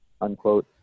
unquote